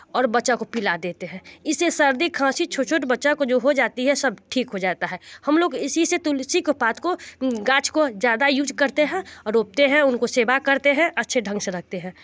और बच्चा को पिला देते हैं इससे सर्दी खाँसी छुछुट बच्चा को जो हो जाती है सब ठीक हो जाता है हम लोग इसी से तुलसी के पात को गाछ को ज़्यादा यूज करते हैं और उगते हैं उन को सेवा करते हैं अच्छे ढंग से रखते हैं